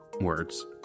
words